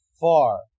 far